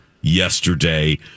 yesterday